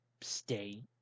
stay